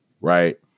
Right